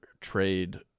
trade